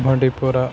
بانٛڈی پوٗرا